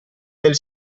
del